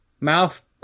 mouth